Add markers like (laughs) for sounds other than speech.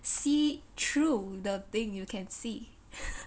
see through the thing you can see (laughs)